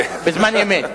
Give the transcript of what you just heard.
כן, בזמן אמת.